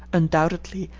undoubtedly,